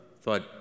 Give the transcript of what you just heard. thought